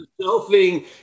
Selfing